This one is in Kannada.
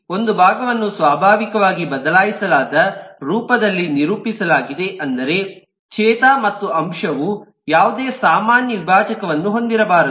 ಒಂದು ಭಾಗವನ್ನು ಸ್ವಾಭಾವಿಕವಾಗಿ ಬದಲಾಯಿಸಲಾಗದ ರೂಪದಲ್ಲಿ ನಿರೂಪಿಸಲಾಗಿದೆ ಅಂದರೆ ಛೇಧ ಮತ್ತು ಅಂಶವು ಯಾವುದೇ ಸಾಮಾನ್ಯ ವಿಭಾಜಕವನ್ನು ಹೊಂದಿರಬಾರದು